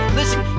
Listen